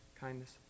kindness